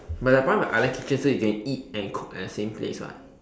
but the point of an island kitchen so that you can eat and cook at the same place [what]